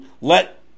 let